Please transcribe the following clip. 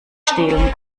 stehlen